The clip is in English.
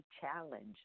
challenge